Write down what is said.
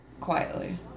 Quietly